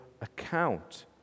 account